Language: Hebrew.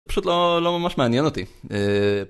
פשוט לא ממש מעניין אותי.